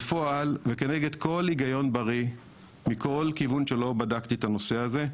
בפועל וכנגד כל היגיון בריא מכל כיוון שלא בדקתי את הנושא הזה,